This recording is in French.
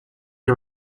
n’y